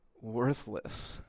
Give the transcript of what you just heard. worthless